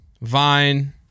Vine